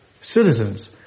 citizens